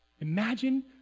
Imagine